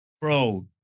bro